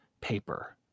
paper